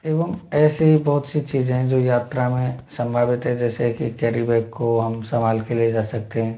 एवं ऐसे बहुत सी चीज़ें हैं जो यात्रा में संभावित है जैसे कि केरी बैग को हम संभाल के जा सकते हैं